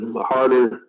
harder